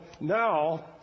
now